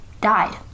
died